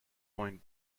point